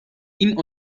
این